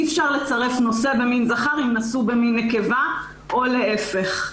אי-אפשר לצרף נושא במין זכר עם נשוא במין נקבה או להפך.